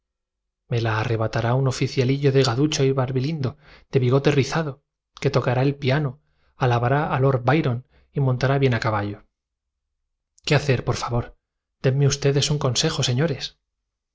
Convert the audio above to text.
la arrebatará un oficialiuo delgaducho barbilindo de bigote rizado que tocará el piano alabará a lord byron montará bien a caballo qué hacer por favor denme iistedes un consejo señores